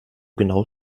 genau